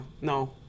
no